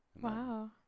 wow